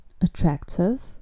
Attractive